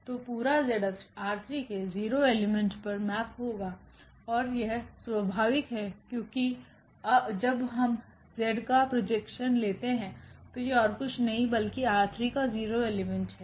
तो पूरा𝑧अक्ष ℝ3 के 0 एलिमेंट पर मैप होगाऔर यह स्वभाविक है क्योकि जब हम z अक्ष का प्रॉजेक्शन लेते है तो यह ओर कुछ नहीं बल्कि ℝ3 का 0 एलिमेंट है